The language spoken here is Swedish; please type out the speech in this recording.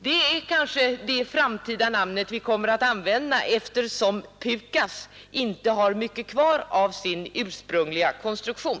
Det är kanske det framtida namn vi kommer att använda, eftersom PUKAS inte har mycket kvar av sin ursprungliga konstruktion.